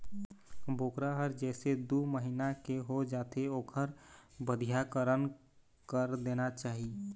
बोकरा ह जइसे दू महिना के हो जाथे ओखर बधियाकरन कर देना चाही